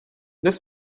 this